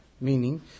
Meaning